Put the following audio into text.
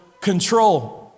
control